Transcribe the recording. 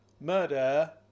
Murder